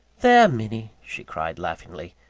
there, minnie! she cried laughingly,